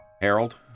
Harold